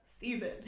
season